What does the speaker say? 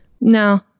No